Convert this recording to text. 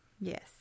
Yes